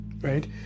right